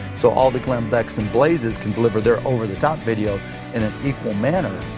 so all the glen becks and blazes can deliver their over-the-top video in an equal manner.